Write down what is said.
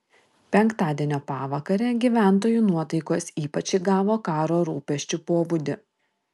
penktadienio pavakare gyventojų nuotaikos ypač įgavo karo rūpesčių pobūdį